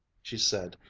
she said,